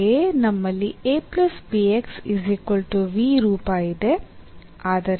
ಹಾಗೆಯೇ ನಮ್ಮಲ್ಲಿ ರೂಪ ಇದೆ